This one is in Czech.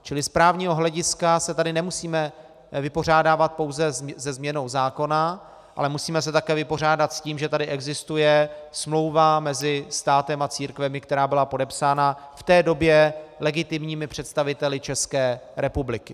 Čili z právního hlediska se tady nemusíme vypořádávat pouze se změnou zákona, ale musíme se také vypořádat s tím, že tady existuje smlouva mezi státem a církvemi, která byla podepsána v té době legitimními představiteli České republiky.